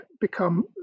become